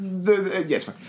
yes